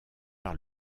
par